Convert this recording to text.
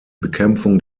bekämpfung